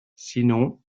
sinon